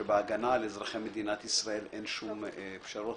שבהגנה על אזרחי מדינת ישראל אין שום פשרות,